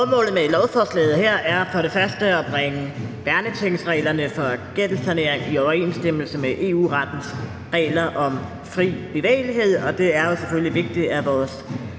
Formålet med lovforslaget her er først at bringe værnetingsreglerne for gældssanering i overensstemmelse med EU-rettens regler om fri bevægelighed. Det er jo selvfølgelig vigtigt, at vores